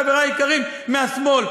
חברי היקרים מהשמאל,